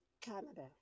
Canada